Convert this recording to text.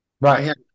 Right